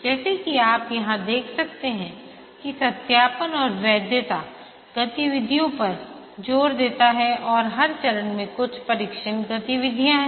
जैसा कि आप यहाँ देख सकते हैं कि सत्यापन और वैद्यता गतिविधियों पर जोर है और हर चरण में कुछ परीक्षण गतिविधियाँ हैं